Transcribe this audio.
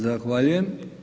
Zahvaljujem.